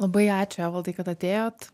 labai ačiū evaldai kad atėjot